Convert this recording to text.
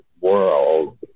world